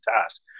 task